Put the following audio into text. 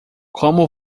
como